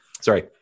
Sorry